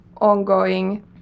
ongoing